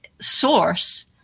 source